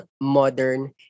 modern